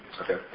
Okay